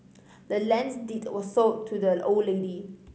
the land's deed was sold to the old lady